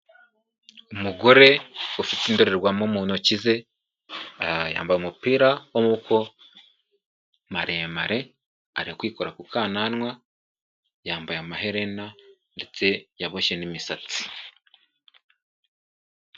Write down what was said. Umugore ufite indorerwamo mu ntoki ze, yambaye umupira w'amaboko maremare, ari kwikora ku kananwa, yambaye amaherena ndetse yaboshye n'imisatsi.